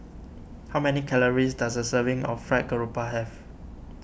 how many calories does a serving of Fried Garoupa have